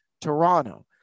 Toronto